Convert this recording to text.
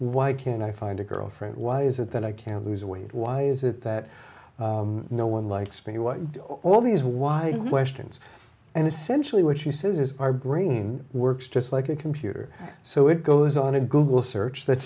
why can't i find a girlfriend why is it that i can lose weight why is it that no one likes me what do all these why questions and essentially what she says is our brain works just like a computer so it goes on a google search that